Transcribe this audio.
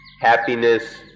happiness